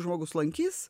žmogus lankys